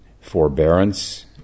forbearance